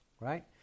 right